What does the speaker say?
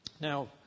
Now